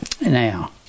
Now